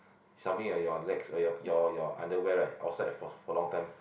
something like your legs your your your underwear outside for for long time